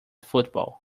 football